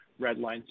Redline's